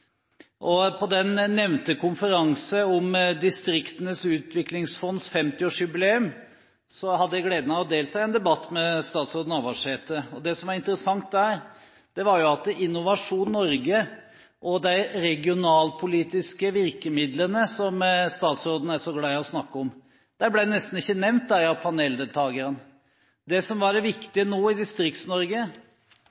På den nevnte konferansen om Distriktenes Utbyggingsfonds 50-årsjubileum hadde jeg gleden av å delta i en debatt med statsråd Navarsete. Det som var interessant der, var at Innovasjon Norge og de regionalpolitiske virkemidlene som statsråden er så glad i å snakke om, nesten ikke ble nevnt av paneldeltagerne. Det som var det